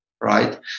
right